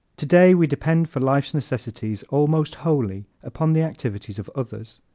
today we depend for life's necessities almost wholly upon the activities of others.